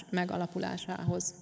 megalapulásához